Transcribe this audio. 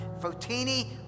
Fotini